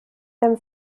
them